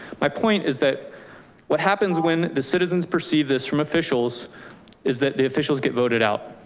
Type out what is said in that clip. my point is that what happens when the citizens perceive this from officials is that the officials get voted out.